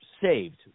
saved